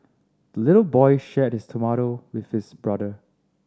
the little boy shared his tomato with his brother